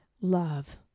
love